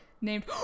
Named